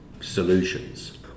solutions